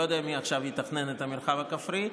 אני לא יודע מי עכשיו יתכנן את המרחב הכפרי,